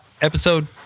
episode